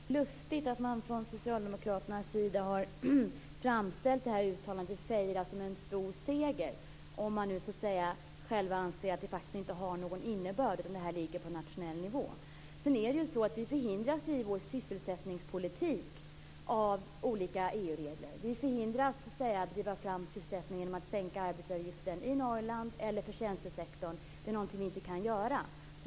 Fru talman! Vi tycker att det är lustigt att man från socialdemokraternas sida har framställt uttalandet i Feira som en stor seger om man själv anser att det inte har någon innebörd utan att arbetet ligger på nationell nivå. Sedan är det ju så att vi hindras i vår sysselsättningspolitik av olika EU-regler. Vi förhindras att driva fram sysselsättning genom att sänka arbetsgivaravgiften i Norrland eller för tjänstesektorn. Det är någonting vi inte kan göra.